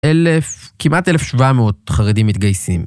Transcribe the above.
אלף, כמעט 1,700 חרדים מתגייסים.